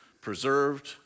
preserved